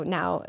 now